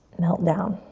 melt down.